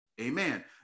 Amen